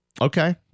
Okay